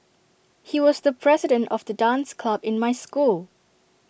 he was the president of the dance club in my school